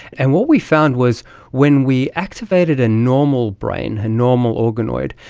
and what we found was when we activated a normal brain, a normal organoid,